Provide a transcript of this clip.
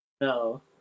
no